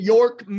York